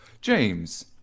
James